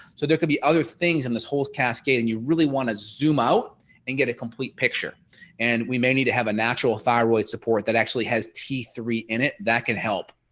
so there could be other things in this whole cascade and you really want to zoom out and get a complete picture and we may need to have a natural thyroid support that actually has t three in it that can help.